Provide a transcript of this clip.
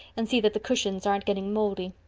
and see that the cushions aren't getting moldy.